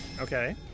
Okay